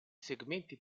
segmenti